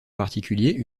particulier